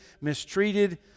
mistreated